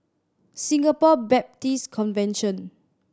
Singapore Baptist Convention